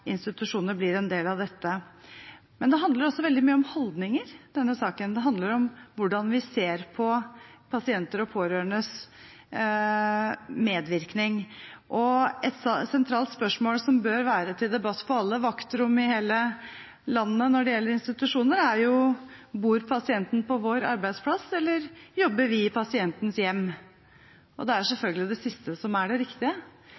holdninger. Det handler om hvordan vi ser på pasienter og pårørendes medvirkning. Et sentralt spørsmål som bør være til debatt på alle vakter i institusjoner over hele landet, er: Bor pasienten på vår arbeidsplass, eller jobber vi i pasientens hjem? Det er selvfølgelig det siste som er det riktige.